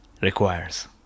requires